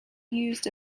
used